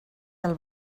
del